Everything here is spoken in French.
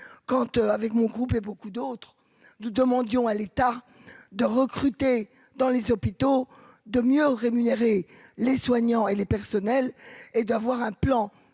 Kant avec mon groupe et beaucoup d'autres, nous demandions à l'état de recruter dans les hôpitaux de mieux rémunérer les soignants et les personnels et d'avoir un plan